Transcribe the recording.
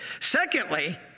Secondly